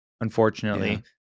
Unfortunately